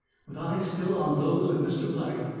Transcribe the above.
with eyes still on those of mr. black,